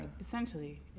essentially